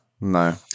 no